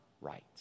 right